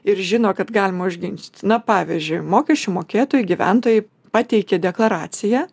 ir žino kad galima užginčyti na pavyzdžiui mokesčių mokėtojai gyventojai pateikia deklaraciją